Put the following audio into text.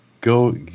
Go